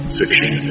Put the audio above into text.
fiction